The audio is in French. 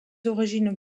origines